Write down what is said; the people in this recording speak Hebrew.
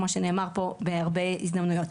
כמו שנאמר פה בהרבה הזדמנויות.